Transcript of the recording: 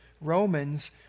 Romans